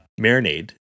marinade